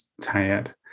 tired